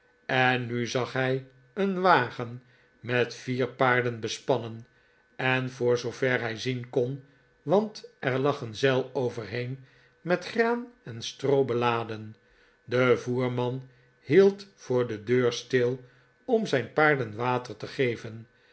en nu zag hij een wagen met vier paarden bespannen en voor zoover hij zien kon want er lag een zeil overheen met graan en stroo beladen de voerman hield voor de deur stil om zijn paarden water te geven